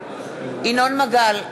ינון מגל,